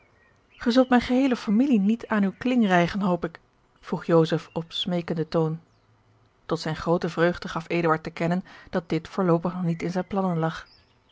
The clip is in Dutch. zult mijne geheele familie niet aan uw kling rijgen hoop ik vroeg joseph op smeekenden toon tot zijne groote vreugde gaf eduard te kennen dat dit voorloopig nog niet in zijne plannen lag